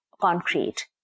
concrete